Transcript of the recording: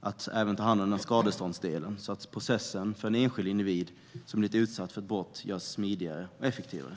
att även ta hand om skadeståndsdelen så att processen för en enskild individ som blivit utsatt för ett brott görs smidigare och effektivare.